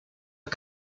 are